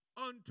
unto